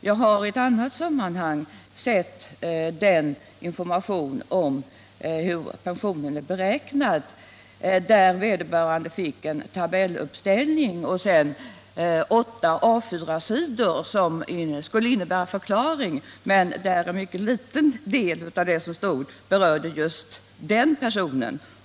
Jag har i ett annat sammanhang sett information om hur pensionen är beräknad, där vederbörande fick en tabelluppställning och vidare åtta A 4-sidor, som skulle innehålla förklaring, men där en mycket liten del av det som stod att läsa berörde just den personen.